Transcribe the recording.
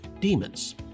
Demons